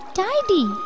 tidy